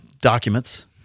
documents